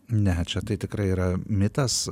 ne čia tai tikrai yra mitas